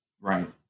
right